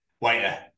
Waiter